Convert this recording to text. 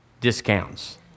discounts